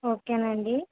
ఓకేనండి